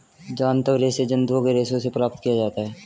जांतव रेशे जंतुओं के रेशों से प्राप्त किया जाता है